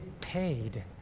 paid